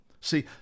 See